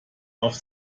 auf